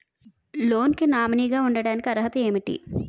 Loan కి nominee గా ఉండటానికి అర్హత ఏమిటి?